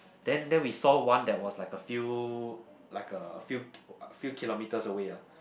then then we saw one that was like a few like a few few kilometers away ah